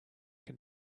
can